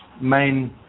main